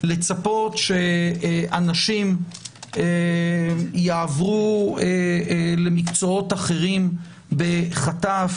לצפות שאנשים יעברו למקצועות אחרים בחטף,